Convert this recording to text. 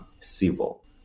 civil